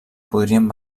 podrien